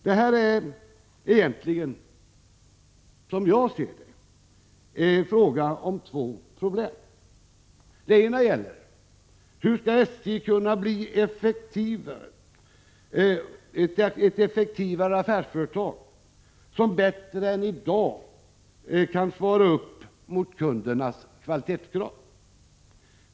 Det här är egentligen, som jag ser det, fråga om två problem. Det ena gäller: Hur skall SJ kunna bli ett effektivare affärsföretag, som bättre än i dag kan svara upp mot kundernas kvalitetskrav?